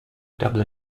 doubly